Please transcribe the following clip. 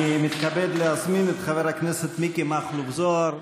אני מתכבד להזמין את חבר הכנסת מיקי מכלוף זוהר,